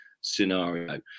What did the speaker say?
scenario